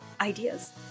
ideas